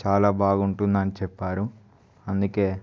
చాలా బాగుంటుంది అనిచెప్పారు అందుకే